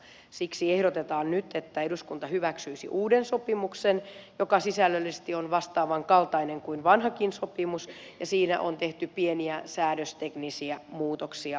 siksi ehdotetaan nyt että eduskunta hyväksyisi uuden sopimuksen joka sisällöllisesti on vastaavan kaltainen kuin vanhakin sopimus ja siinä on tehty pelkästään pieniä säädösteknisiä muutoksia